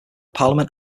parliament